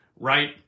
right